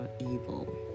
evil